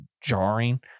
jarring